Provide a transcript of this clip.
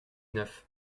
neuf